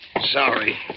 Sorry